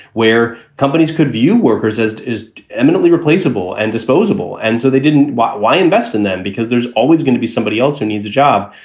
where companies could view workers as eminently replaceable and disposable. and so they didn't. why why invest in them? because there's always going to be somebody else who needs a job,